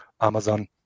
Amazon